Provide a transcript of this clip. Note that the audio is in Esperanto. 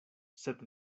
sed